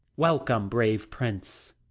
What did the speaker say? welcome, brave prince!